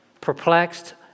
perplexed